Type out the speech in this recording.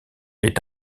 est